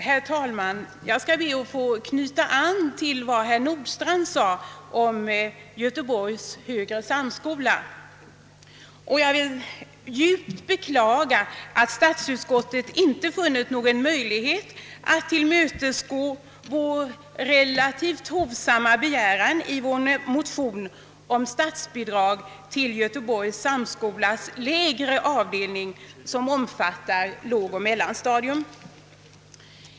Herr talman! Jag ber att få knyta an till vad herr Nordstrandh yttrade om Göteborgs högre samskola. Jag vill djupt beklaga att statsutskottet inte funnit någon möjlighet att tillmötesgå vår relativt hovsamma begäran i motionen om statsbidrag till Göteborgs samskolas lägre avdelning, som omfattar lågoch mellanstadium.